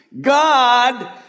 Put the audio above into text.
God